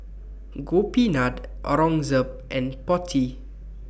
Gopinath Aurangzeb and Potti